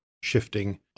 shifting